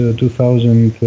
2000